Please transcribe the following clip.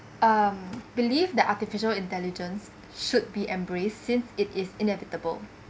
um believe the artificial intelligence should be embraced since it is inevitable